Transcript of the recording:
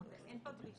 זאת אומרת, אין פה בדיקה